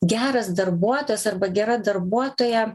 geras darbuotojas arba gera darbuotoja